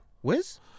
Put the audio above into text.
Wiz